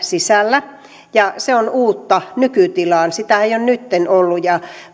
sisällä ja se on uutta nykytilaan verrattuna sitä ei ole nytten ollut